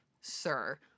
sir